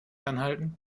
anhalten